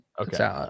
Okay